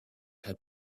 had